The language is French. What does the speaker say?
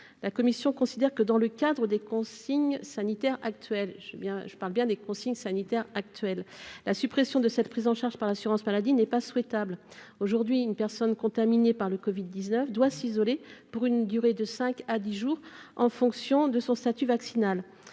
je veux bien, je parle bien des consignes sanitaires actuelles, la suppression de cette prise en charge par l'assurance maladie n'est pas souhaitable aujourd'hui une personne contaminée par le Covid 19 doit s'isoler pour une durée de 5 à 10 jours en fonction de son statut vaccinal